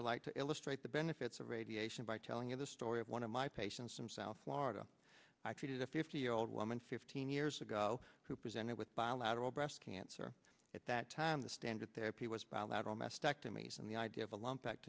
would like to illustrate the benefits of radiation by telling you the story of one of my patients from south florida i treated a fifty year old woman fifteen years ago who presented with bilateral breast cancer at that time the standard therapy was bilateral mastectomy and the idea of a lump